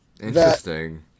Interesting